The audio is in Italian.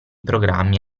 programmi